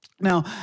Now